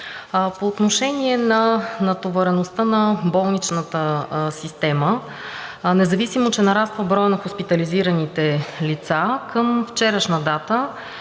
По отношение на натовареността на болничната система, независимо че нараства броят на хоспитализираните лица, към вчерашна дата